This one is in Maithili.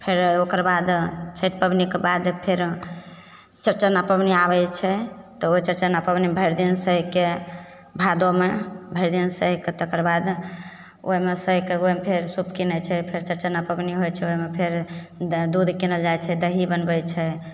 फेर ओकर बाद छैठ पबनीके बाद फेर चौरचन्ना पबनी आबय छै तऽ ओइ चौरचन्ना पबनीमे भरिदिन सहिके भादोमे भरिदिन सहिके तकरबाद ओइमे सहिके ओइमे फेर सूप कीनय छै फेर चौरचन्ना पबनी होइ छै ओइमे फेर दूध कीनल जाइ छै दही बनबय छै